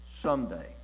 someday